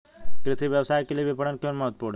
कृषि व्यवसाय के लिए विपणन क्यों महत्वपूर्ण है?